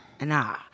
Nah